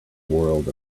world